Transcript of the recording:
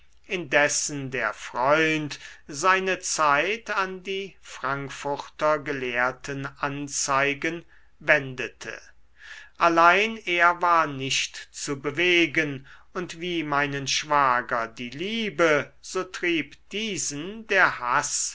indessen der freund seine zeit an die frankfurter gelehrten anzeigen wendete allein er war nicht zu bewegen und wie meinen schwager die liebe so trieb diesen der haß